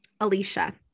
Alicia